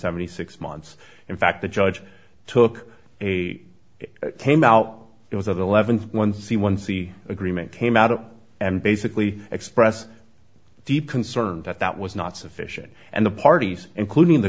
seventy six months in fact the judge took a came out it was of eleven one c one c agreement came out and basically expressed deep concern that that was not sufficient and the parties including the